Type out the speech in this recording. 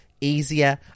easier